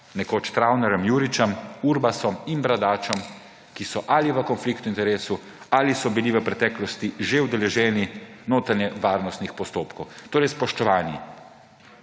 nekoč Travnarjem, Juričem, Urbasom in Bradačem, ki so ali v konfliktu interesov ali so bili v preteklosti že udeleženi notranjevarnostnih postopkov. Torej, spoštovani,